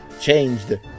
changed